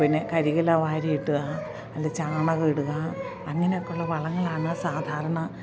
പിന്നെ കരിയില വാരിയിടുക അല്ലേൽ ചാണകം ഇടുക അങ്ങനെ ഒക്കെ ഉള്ള വളങ്ങളാണ് സാധാരണ